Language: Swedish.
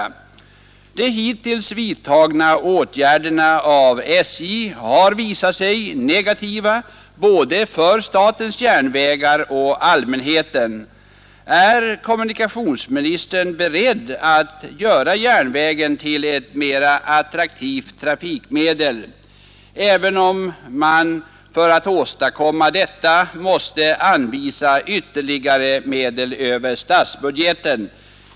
De hittills av SJ vidtagna åtgärderna har visat sig negativa både för statens järnvägar och för allmänheten. Är kommunikationsministern beredd att göra järnvägen till ett mera attraktivt trafikmedel, även om man för att åstadkomma detta måste anvisa ytterligare medel över statsbudgeten?